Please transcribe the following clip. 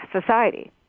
society